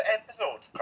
episode